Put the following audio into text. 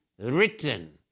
written